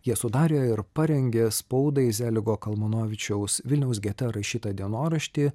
jie sudarė ir parengė spaudai zeligo kalmanovičiaus vilniaus gete rašytą dienoraštį